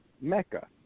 mecca